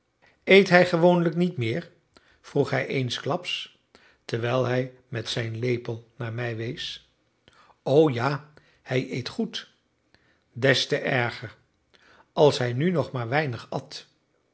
eet hij gewoonlijk niet meer vroeg hij eensklaps terwijl hij met zijn lepel naar mij wees o ja hij eet goed des te erger als hij nu nog maar weinig at